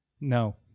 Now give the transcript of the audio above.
No